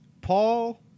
Paul